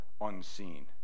unseen